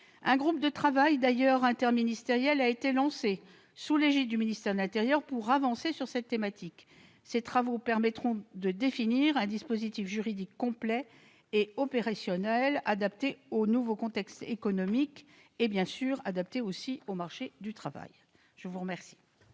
Un groupe de travail interministériel a d'ailleurs été créé sous l'égide du ministère de l'intérieur pour avancer sur cette thématique. Ses travaux permettront de définir un dispositif juridique complet et opérationnel adapté au nouveau contexte économique et du marché du travail. Quel